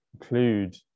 include